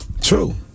True